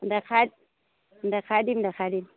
দেখাই দেখাই দিম দেখাই দিম